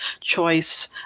choice